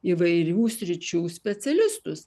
įvairių sričių specialistus